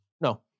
No